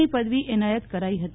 ની પદવી એનાયત કરાઈ હતી